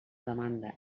demanda